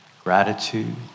Gratitude